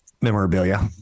memorabilia